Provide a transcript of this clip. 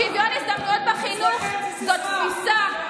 שוויון הזדמנויות בחינוך זאת תפיסה,